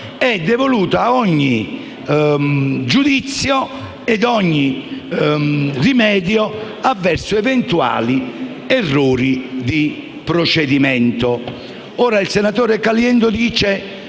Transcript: è devoluto ogni giudizio e ogni rimedio avverso eventuali errori di procedimento. Il senatore Caliendo dice